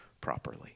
properly